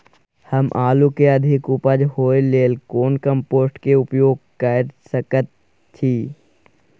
हम आलू के अधिक उपज होय लेल कोन कम्पोस्ट के उपयोग कैर सकेत छी?